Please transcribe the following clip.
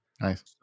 Nice